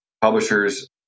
publisher's